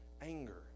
anger